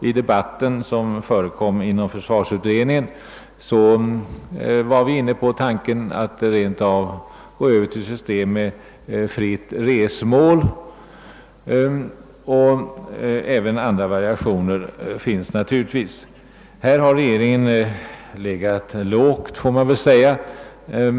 I debatten i försvarsutredningen var vi inne på tanken att rent av övergå till ett system med fritt resmål, och det finns givetvis också andra möjligheter. Man får väl säga att regeringen legat lågt på det här området.